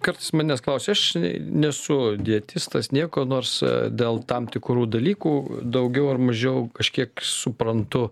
kartais manęs klausia aš nesu dietistas nieko nors dėl tam tikrų dalykų daugiau ar mažiau kažkiek suprantu